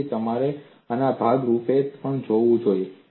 તેથી તમારે આના ભાગ રૂપે પણ જોવું જોઈએ